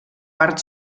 part